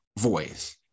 voice